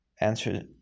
Answer